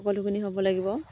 সকলোখিনি হ'ব লাগিব